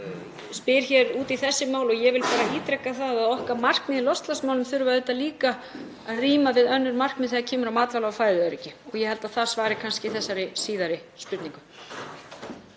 spyr hér út í þessi mál og ég vil bara ítreka að okkar markmið í loftslagsmálum þurfa líka að ríma við önnur markmið þegar kemur að matvæla- og fæðuöryggi. Ég held að það svari kannski þessari síðari spurningu.